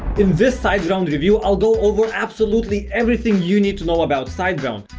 in this siteground review i'll go over absolutely everything you need to know about siteground.